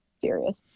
serious